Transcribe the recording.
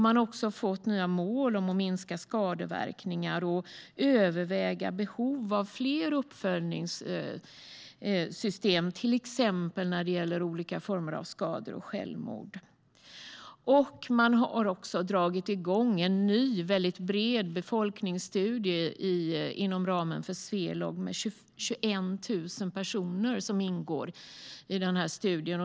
Man har fått nya mål om att minska skadeverkningarna och överväga behovet av fler uppföljningssystem, till exempel när det gäller olika former av skador och självmord. Man har också dragit igång en ny och väldigt bred befolkningsstudie inom ramen för Swelog. 21 000 personer ingår i studien.